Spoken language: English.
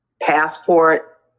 passport